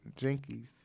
jinkies